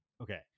Okay